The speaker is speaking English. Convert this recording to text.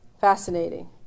Fascinating